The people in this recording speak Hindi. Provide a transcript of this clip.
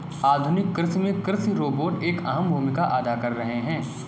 आधुनिक कृषि में कृषि रोबोट एक अहम भूमिका अदा कर रहे हैं